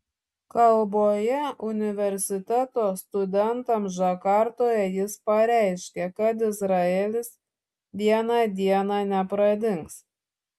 kalboje universiteto studentams džakartoje jis pareiškė kad izraelis vieną dieną nepradings